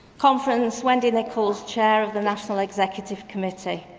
conference, wendy nichols chair of the national executive committee.